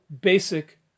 basic